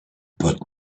but